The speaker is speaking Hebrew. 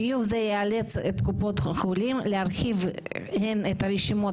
חיוב זה יאלץ את קופות החולים להרחיב הן את רשימות